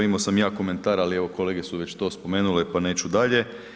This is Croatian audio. Imao sam ja komentar ali evo kolege su već to spomenule pa neću dalje.